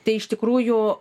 tai iš tikrųjų